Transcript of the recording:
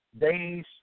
days